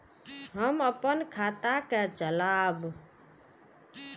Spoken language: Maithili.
हम अपन खाता के चलाब?